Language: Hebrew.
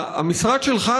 המשרד שלך,